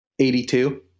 82